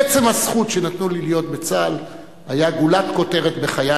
עצם הזכות שנתנו לי להיות בצה"ל היה גולת הכותרת בחיי,